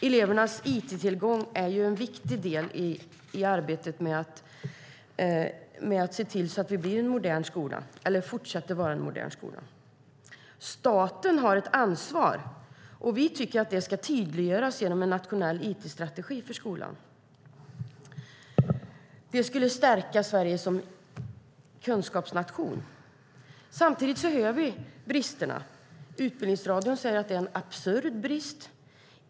Elevernas it-tillgång är ju en viktig del i arbetet med att se till att vi fortsätter att ha en modern skola. Staten har ett ansvar, och vi tycker att det ska tydliggöras genom en nationell it-strategi för skolan. Det skulle stärka Sverige som kunskapsnation. Samtidigt hör vi om bristerna. Utbildningsradion säger att det är en absurd brist.